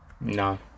No